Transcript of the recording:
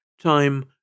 Time